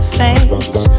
face